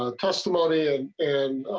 ah testimony and and